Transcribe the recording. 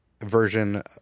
version